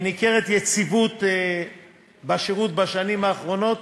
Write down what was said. ניכרת יציבות בשירות בשנים האחרונות.